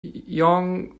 young